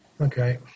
Okay